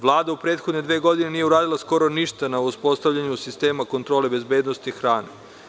Vlada u prethodne dve godine nije uradila skoro ništa na uspostavljanju sistema kontrole bezbednosti hrane.